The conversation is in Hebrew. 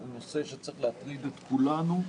הוא נושא שצריך להטריד את כולנו,